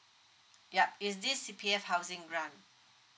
yup is this C_P_F housing run